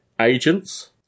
agents